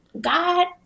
God